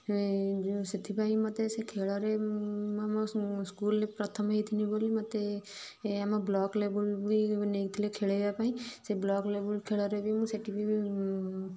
ସେଥିପାଇଁ ମୋତେ ସେ ଖେଳରେ ଆମ ସ୍କୁଲ୍ରେ ପ୍ରଥମ ହେଇଥିନି ବୋଲି ମତେ ଆମ ବ୍ଲକ୍ ଲେବଲ୍ ବ ନେଇଥିଲେ ଖେଳେଇବା ପାଇଁ ସେ ବ୍ଲକ୍ ଲେବଲ୍ ଖେଳରେ ବି ମୁଁ ସେଠି ବି